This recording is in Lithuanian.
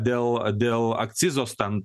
dėl dėl akcizo stan